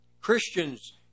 Christians